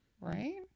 right